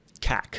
CAC